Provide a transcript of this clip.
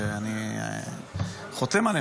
אני חותם עליהם.